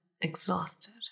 exhausted